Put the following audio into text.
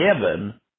heaven